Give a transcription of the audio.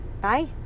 bye